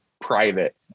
private